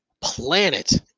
planet